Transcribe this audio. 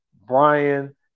Brian